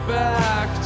back